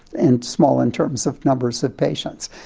and small in terms of numbers of patients.